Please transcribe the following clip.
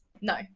No